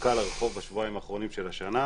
שנזרקה לרחוב בשבועיים האחרונים של השנה.